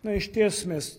na išties mes